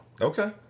okay